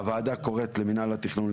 הוועדה קוראת למנהל התכנון,